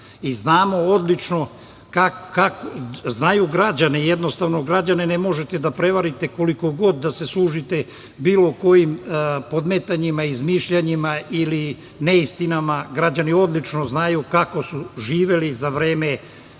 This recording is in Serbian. i znamo odlično, znaju građani, jednostavno građane ne možete da prevarite koliko god da se služite bilo kojim podmetanjima, izmišljanjima ili neistinama, građani odlično znaju kako su živeli za vreme